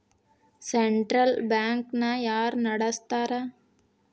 Central bank ನ ಯಾರ್ ನಡಸ್ತಾರ?